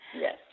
Yes